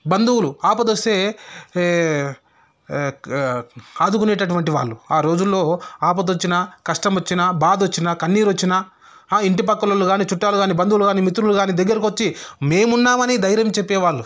బంధువులు ఆపదొస్తే ఏ ఆదుకునేటటువంటి వాళ్ళు ఆ రోజుల్లో ఆపదొచ్చినా కష్టం వచ్చినా బాధ వచ్చినా కన్నీరు వచ్చినా ఆ ఇంటి పక్కలొల్లు గానీ చుట్టాలు గానీ బంధువులు కానీ మిత్రులు గానీ దగ్గరకొచ్చి మేమున్నామని ధైర్యం చెప్పే వాళ్ళు